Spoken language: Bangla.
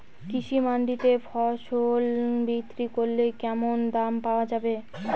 কৃষি মান্ডিতে ফসল বিক্রি করলে কেমন দাম পাওয়া যাবে?